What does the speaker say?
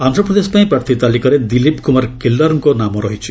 ଆନ୍ଧ୍ରପ୍ରଦେଶ ପାଇଁ ପ୍ରାର୍ଥୀ ତାଲିକାରେ ଦିଲୀପ କୁମାର କିଲ୍ଲାରୁଙ୍କ ନାମ ରହିଛି